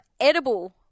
edible